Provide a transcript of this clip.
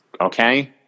okay